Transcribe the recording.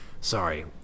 sorry